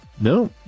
No